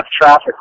traffic